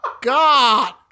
God